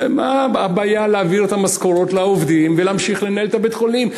מה הבעיה להעביר את המשכורות לעובדים ולהמשיך לנהל את בית-החולים?